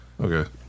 Okay